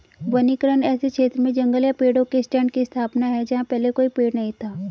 वनीकरण ऐसे क्षेत्र में जंगल या पेड़ों के स्टैंड की स्थापना है जहां पहले कोई पेड़ नहीं था